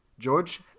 George